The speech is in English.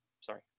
sorry